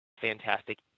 fantastic